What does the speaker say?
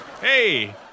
hey